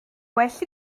well